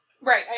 Right